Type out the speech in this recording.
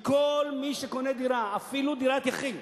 מכל מי שקונה דירה, אפילו דירת יחיד,